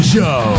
Show